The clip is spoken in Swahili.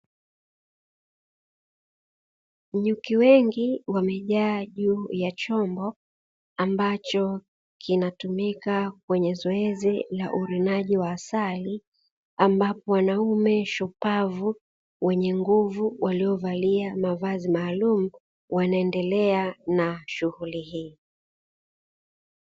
Nyuki wengi wamejaa juu ya chombo ambacho kinatumika kwa zoezi la uvunaji wa asali, ambapo wanaume shupavu wenye nguvu waliovalia mavazi maalumu wanaendelea na shughuli hii.